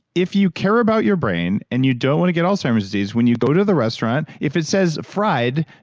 if you care about your brain and you don't want to get alzheimer's disease, when you go to the restaurant, if it says fried,